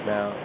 Now